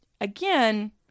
again